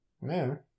Man